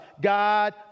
God